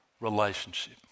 relationship